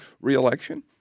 reelection